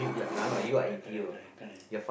ya correct correct correct correct